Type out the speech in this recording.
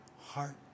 heart